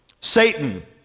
Satan